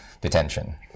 detention